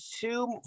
two